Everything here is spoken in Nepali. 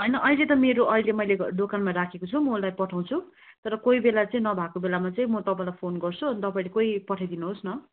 होइन अहिले त मेरो अहिले मैले दोकानमा राखेको छु म उसलाई पठाउँछु तर कोही बेला चाहिँ नभएको बेलामा चाहिँ म तपाईँलाई फोन गर्छु अनि तपाईँले कोही पठाइदिनुहोस् न